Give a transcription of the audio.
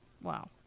wow